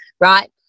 right